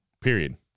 Period